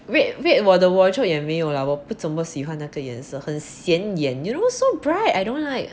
不用紧不用紧 red 我的 wardrobe 也没有 lah 我不怎么喜欢那件颜色很显眼 you know so bright I don't like